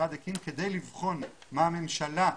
שהמשרד הקים כדי לבחון מה הממשלה עשתה,